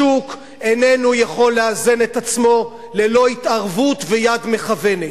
השוק איננו יכול לאזן את עצמו ללא התערבות ויד מכוונת.